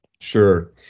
Sure